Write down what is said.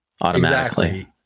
automatically